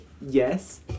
Yes